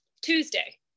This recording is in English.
Tuesday